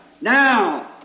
now